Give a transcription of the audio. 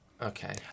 Okay